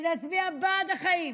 כדי להצביע בעד החיים.